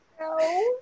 No